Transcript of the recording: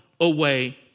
away